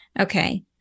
Okay